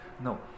No